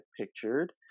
pictured